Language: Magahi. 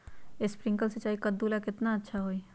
स्प्रिंकलर सिंचाई कददु ला केतना अच्छा होई?